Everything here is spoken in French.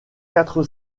quatre